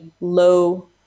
low